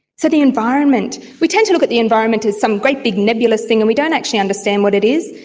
so, the environment. we tend to look at the environment as some great big nebulous thing and we don't actually understand what it is.